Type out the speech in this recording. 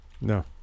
No